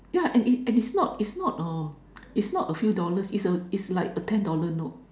yeah and it's and it's not it's not uh it's not a few dollars it's like a ten dollar note